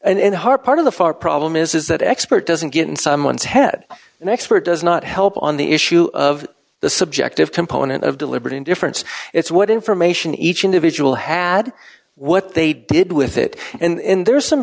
in the hard part of the far problem is that expert doesn't get in someone's head an expert does not help on the issue of the subjective component of deliberate indifference it's what information each individual had what they did with it and there are some